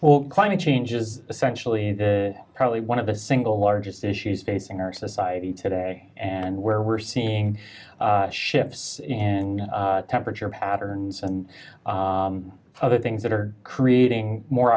well climate change is essentially the probably one of the single largest issues facing our society today and where we're seeing ships and temperature patterns and other things that are creating more